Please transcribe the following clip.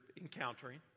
encountering